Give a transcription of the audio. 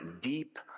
deep